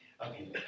Okay